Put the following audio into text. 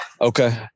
Okay